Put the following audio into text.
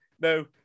no